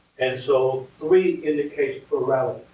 and so three indicates plurality.